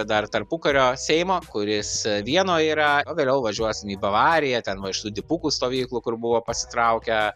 dar tarpukario seimo kuris vienoj yra o vėliau važiuosim į bavariją ten va iš tų dipukų stovyklų kur buvo pasitraukę